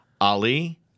Ali